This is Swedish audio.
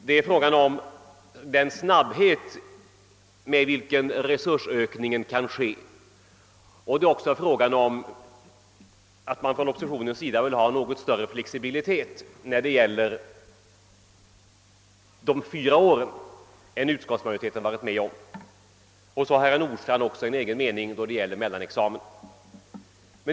De gäller den snabbhet med vilken resursökningen skall ske, och oppositionen vill dessutom ha något större flexibilitet när det gäller de fyra åren än vad utskottsmajoriteten har velat vara med om. Slutligen har herr Nordstrandh en egen mening när det gäller mellanexamen.